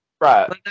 Right